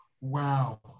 wow